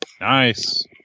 Nice